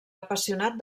apassionat